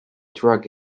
drug